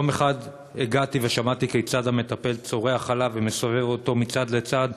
יום אחד הגעתי ושמעתי כיצד המטפל צורח עליו ומסובב אותו מצד לצד,